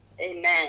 Amen